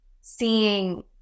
seeing